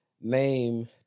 Name